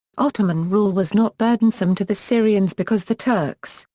ottoman rule was not burdensome to the syrians because the turks,